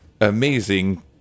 amazing